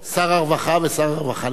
אם מדובר ב-3 מיליארד,